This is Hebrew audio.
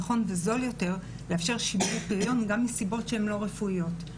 נכון וזול יתר לאפשר שימור פריון גם מסיבות שהן לא רפואיות.